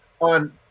on